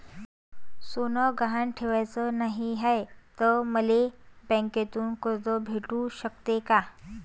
सोनं गहान ठेवाच नाही हाय, त मले बँकेतून कर्ज भेटू शकते का?